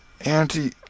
Auntie